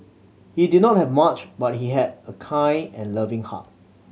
he did not have much but he had a kind and loving heart